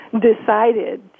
decided